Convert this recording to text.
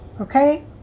Okay